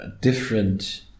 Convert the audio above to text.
different